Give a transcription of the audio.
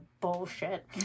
bullshit